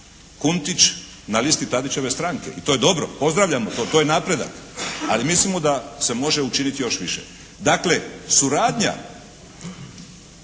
Kuntić na listi Tadićeve stranke. I to je dobro. Pozdravljamo to. To je napredak. Ali mislimo da se može učiniti još više. Dakle suradnja